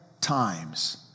times